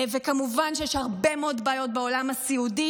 כמובן שיש הרבה מאוד בעיות בעולם הסיעודי,